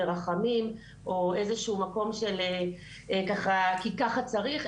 ורחמים או איזה שהוא מקום של כי ככה צריך,